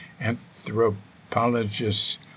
anthropologists